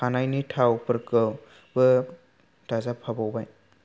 खानाइनि थावफोरखौ बो दाजाब फाबावबाय